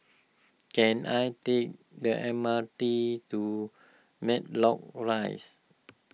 can I take the M R T to Matlock Rise